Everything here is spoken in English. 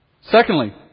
Secondly